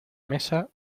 mesa